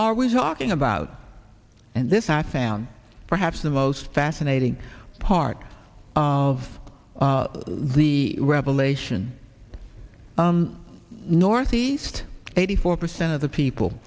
are we talking about and this i found perhaps the most fascinating part of the revelation north east eighty four percent of the people